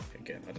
again